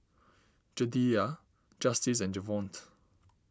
Jedidiah Justice and Javonte